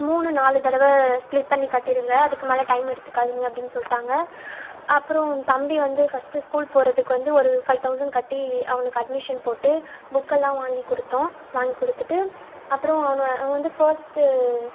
மூணு நாலு தடவை ஸ்பிளிட் பண்ணி கட்டிடுங்க அதுக்குமேல் டைம் எடுத்துக்காதீங்க அப்படினு சொல்லிட்டாங்க அப்புறம் தம்பி வந்து ஃபஸ்ட்டு ஸ்கூல் போகிறதுக்கு வந்து ஒரு ஃபைவ் தௌசண்ட் கட்டி அவனுக்கு அட்மிஷன் போட்டு புக்கெல்லாம் வாங்கிக் கொடுத்தோம் வாங்கி கொடுத்துட்டு அப்புறம் அவனை அவன் வந்து ஃபஸ்ட்டு